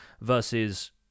versus